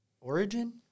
Origin